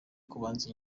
kubanza